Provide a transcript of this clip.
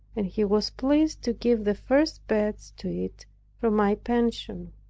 and he was pleased to give the first beds to it from my pension.